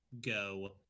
go